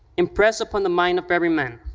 impress upon the mind of every man,